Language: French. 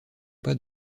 pas